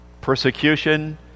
persecution